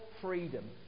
freedom